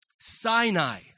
Sinai